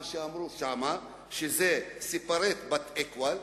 מה שאמרו שם, שזה separate but equal,